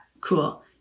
cool